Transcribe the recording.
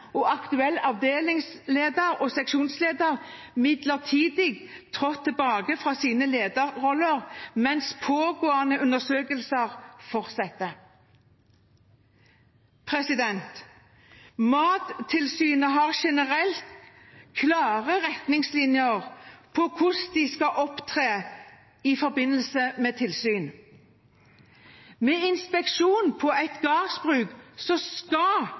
og aktuell avdelingsleder og seksjonsleder midlertidig trådt tilbake fra sine lederroller mens pågående undersøkelser fortsetter. Mattilsynet har generelt klare retningslinjer for hvordan de skal opptre i forbindelse med tilsyn. Ved inspeksjon på et gårdsbruk skal